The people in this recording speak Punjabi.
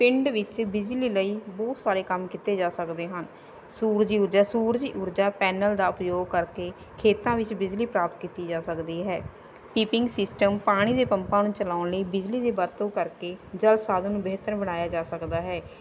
ਪਿੰਡ ਵਿੱਚ ਬਿਜਲੀ ਲਈ ਬਹੁਤ ਸਾਰੇ ਕੰਮ ਕੀਤੇ ਜਾ ਸਕਦੇ ਹਨ ਸੂਰਜੀ ਊਰਜਾ ਸੂਰਜੀ ਊਰਜਾ ਪੈਨਲ ਦਾ ਉਪਯੋਗ ਕਰਕੇ ਖੇਤਾਂ ਵਿੱਚ ਬਿਜਲੀ ਪ੍ਰਾਪਤ ਕੀਤੀ ਜਾ ਸਕਦੀ ਹੈ ਕੀਪਿੰਗ ਸਿਸਟਮ ਪਾਣੀ ਦੇ ਪੰਪਾਂ ਨੂੰ ਚਲਾਉਣ ਲਈ ਬਿਜਲੀ ਦੀ ਵਰਤੋਂ ਕਰਕੇ ਜਲ ਸਾਧਨ ਨੂੰ ਬਿਹਤਰ ਬਣਾਇਆ ਜਾ ਸਕਦਾ ਹੈ